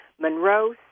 Monroe